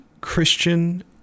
Christian